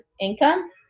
income